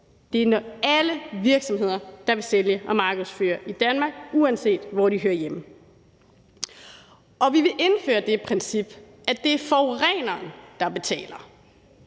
Det gælder alle virksomheder, der vil sælge og markedsføre i Danmark, uanset hvor de hører hjemme. Vi vil indføre det princip, at det er forureneren, der betaler,